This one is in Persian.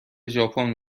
ژاپن